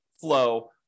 flow